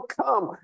come